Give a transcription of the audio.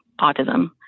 autism